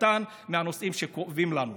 קטן מהנושאים שכואבים לנו,